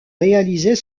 réaliser